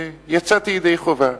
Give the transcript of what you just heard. ויצאתי ידי חובה.